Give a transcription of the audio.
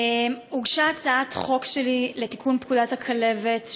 הוגשה הצעת חוק שלי לתיקון פקודת הכלבת,